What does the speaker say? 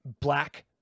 black